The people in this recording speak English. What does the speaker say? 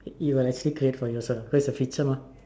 it will actually create for you sort of cause a picture ah